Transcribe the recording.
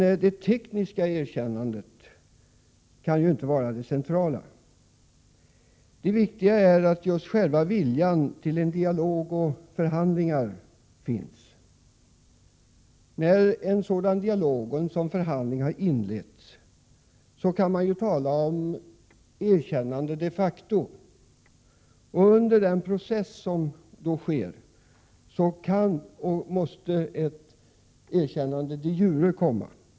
Det tekniska erkännandet kan emellertid inte vara det centrala. Det viktiga är att det finns en vilja till dialog och förhandlingar. När en sådan dialog och en sådan förhandling har inletts, kan man tala om ett erkännande de facto. Under den process som då sker kan och måste ett erkännande de jure komma.